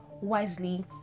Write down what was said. wisely